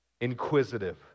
Inquisitive